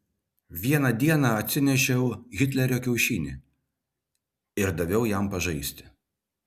vieną dieną atsinešiau hitlerio kiaušinį ir daviau jam pažaisti